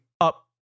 up